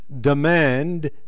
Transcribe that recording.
demand